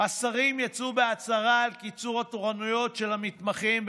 השרים יצאו בהצהרה על קיצור התורנויות של המתמחים,